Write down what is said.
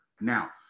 Now